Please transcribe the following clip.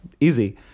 easy